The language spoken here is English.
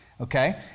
Okay